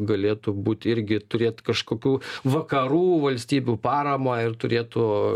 galėtų būt irgi turėt kažkokių vakarų valstybių paramą ir turėtų